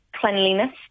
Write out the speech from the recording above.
cleanliness